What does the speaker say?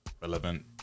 relevant